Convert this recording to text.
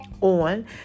on